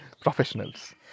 professionals